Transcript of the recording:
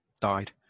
died